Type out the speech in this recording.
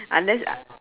unless I